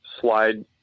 slide